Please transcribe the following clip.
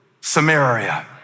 Samaria